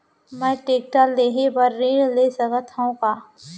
मैं टेकटर लेहे बर ऋण ले सकत हो का?